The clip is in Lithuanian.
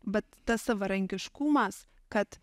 bet tas savarankiškumas kad